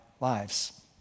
lives